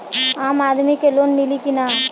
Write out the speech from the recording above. आम आदमी के लोन मिली कि ना?